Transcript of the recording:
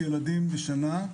בסביבות 500 ילדים בשנה.